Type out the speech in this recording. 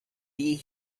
being